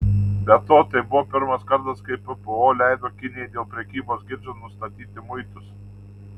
be to tai buvo pirmas kartas kai ppo leido kinijai dėl prekybos ginčo nustatyti muitus